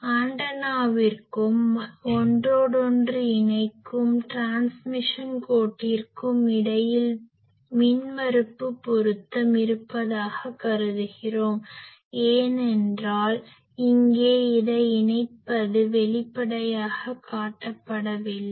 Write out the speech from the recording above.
ஆண்டனாவிற்கும் ஒன்றோடொன்று இணைக்கும் டிரான்ஸ்மிஷன் கோட்டிற்கும் இடையில் மின்மறுப்பு பொருத்தம் இருப்பதாக கருதுகிறோம் ஏனென்றால் இங்கே இதை இணைப்பது வெளிப்படையாகக் காட்டப்படவில்லை